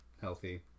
healthy